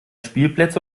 spielplätze